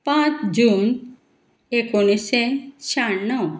पांच जून एकोणिशें श्याण्णव